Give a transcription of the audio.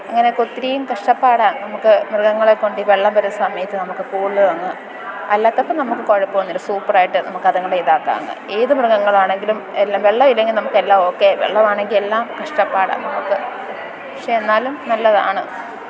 അങ്ങനെയെക്കെ ഒത്തിരിയും കഷ്ടപ്പാടാണ് നമുക്ക് മൃഗങ്ങളെക്കൊണ്ട് ഈ വെള്ളം വരുന്ന സമയത്ത് നമുക്ക് കൂടുതൽ അങ്ങ് അല്ലാത്തപ്പം നമുക്ക് കുഴപ്പമൊന്നും ഇല്ല സൂപ്പർ ആയിട്ട് നമുക്ക് അത്ങ്ങളുടെ ഇതാക്കാം ഏത് മൃഗങ്ങളാണെങ്കിലും എല്ലാം വെള്ളം ഇല്ലെങ്കിൽ നമുക്കെല്ലാം ഓക്കെ വെള്ളമാണെങ്കില് എല്ലാം കഷ്ടപ്പാടാണ് നമുക്ക് പക്ഷെ എന്നാലും നല്ലതാണ്